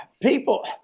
people